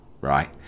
right